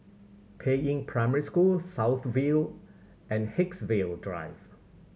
Peiying Primary School South View and Haigsville Drive